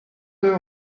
deux